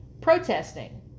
protesting